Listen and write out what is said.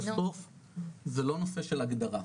בסוף זה לא נושא של הגדרה,